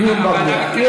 דיון במליאה.